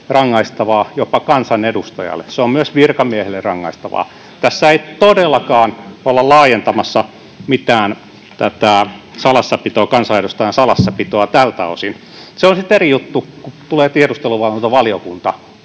rangaistavaa, jopa kansanedustajalle. Se on myös virkamiehelle rangaistavaa. Tässä ei todellakaan olla laajentamassa mitään kansanedustajan salassapitoa tältä osin. Se on sitten eri juttu, kun tulee tiedusteluvalvontavaliokunta.